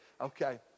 Okay